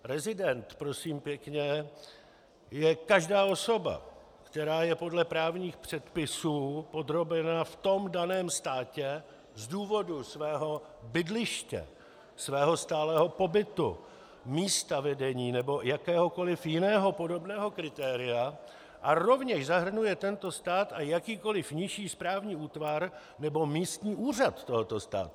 Rezident, prosím pěkně, je každá osoba, která je podle právních předpisů podrobena v tom daném státě z důvodu svého bydliště, svého stálého pobytu, místa vedení nebo jakéhokoliv jiného podobného kritéria a rovněž zahrnuje tento stát a jakýkoliv nižší správní útvar nebo místní úřad tohoto státu.